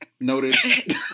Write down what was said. Noted